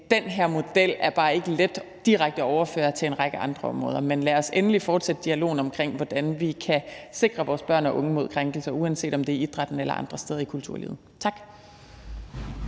Den her model er bare ikke let at overføre direkte til en række andre områder. Men lad os endelig fortsætte dialogen om, hvordan vi kan sikre vores børn og unge mod krænkelser, uanset om det er i idrætten eller andre steder i kulturlivet. Tak.